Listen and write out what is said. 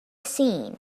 scene